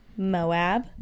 Moab